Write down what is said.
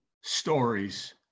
stories